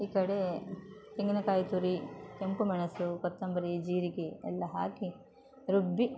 ಈ ಕಡೆ ತೆಂಗಿನಕಾಯಿ ತುರಿ ಕೆಂಪು ಮೆಣಸು ಕೊತ್ತಂಬರಿ ಜೀರಿಗೆ ಎಲ್ಲ ಹಾಕಿ ರುಬ್ಬಿ